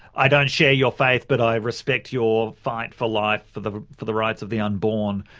i don't share your faith but i respect your fight for life, for the for the rights of the unborn,